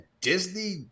Disney